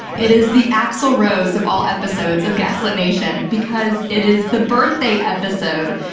it is the axl rose of all episodes of gaslit nation because it is the birthday episode.